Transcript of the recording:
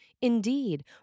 indeed